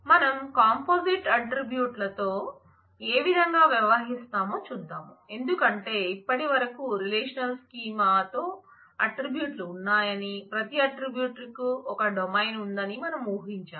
మనం composite attribute ల ఉందని మనం ఊహించాం